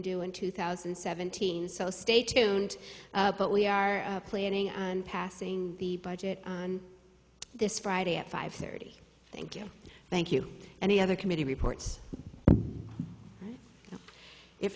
do in two thousand and seventeen so stay tuned but we are planning on passing the budget on this friday at five thirty thank you thank you any other committee reports if